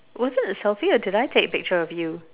was it a selfie or did I take a picture of you